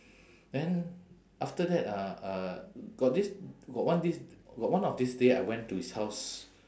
then after that uh uh got this got one this got one of these day I went to his house